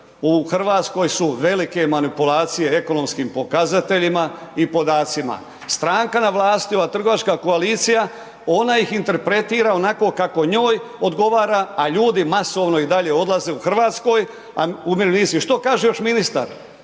u Hrvatskoj su velike manipulacije ekonomskim pokazateljima i podacima. Stranka na vlasti, ova trgovačka koalicija, ona ih interpretira onako kako njoj odgovara a ljudi masovni i dalje odlaze u Hrvatskoj a umirovljenici, i što kaže još ministar,